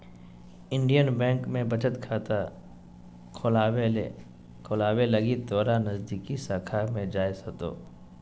Indian bank में बचत खाता खोलावे लगी तोरा नजदीकी शाखा में जाय होतो